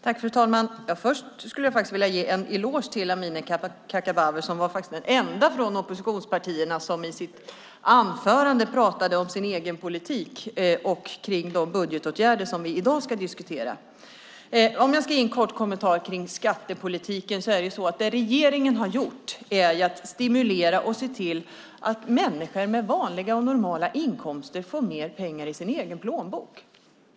Fru talman! Först skulle jag vilja ge en eloge till Amineh Kakabaveh som faktiskt var den enda från oppositionspartierna som i sitt anförande pratade om sin egen politik och de budgetåtgärder vi i dag ska diskutera. Om jag ska ge en kort kommentar kring skattepolitiken är det så att det regeringen har gjort är att stimulera och se till att människor med vanliga och normala inkomster får mer pengar i sin egen plånbok.